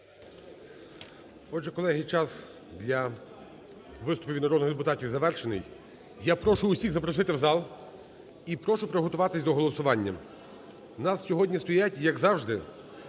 Отже, колеги, час для виступів від народних депутатів завершений. Я прошу усіх запросити в зал і прошу приготуватись до голосування. У нас сьогодні стоять як завжди